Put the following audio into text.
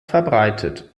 verbreitet